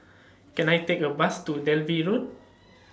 Can I Take A Bus to Dalvey Road